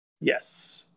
Yes